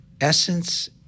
Essence